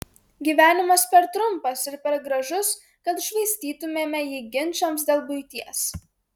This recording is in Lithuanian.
gyvenimas per trumpas ir per gražus kad švaistytumėme jį ginčams dėl buities